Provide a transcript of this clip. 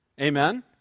Amen